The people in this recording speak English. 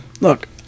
Look